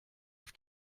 auf